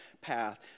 path